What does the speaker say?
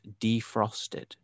defrosted